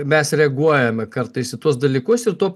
mes reaguojame kartais į tuos dalykus ir tuo